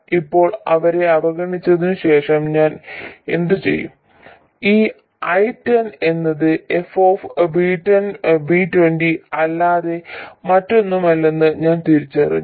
ഇപ്പോൾ അവരെ അവഗണിച്ചതിന് ശേഷം ഞാൻ എന്തുചെയ്യും ഈ I10 എന്നത് f1V10 V20 അല്ലാതെ മറ്റൊന്നുമല്ലെന്ന് ഞാൻ തിരിച്ചറിയുന്നു